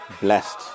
blessed